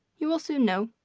you will soon know.